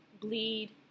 bleed